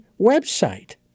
website